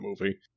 movie